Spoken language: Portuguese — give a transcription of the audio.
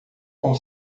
com